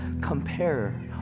Compare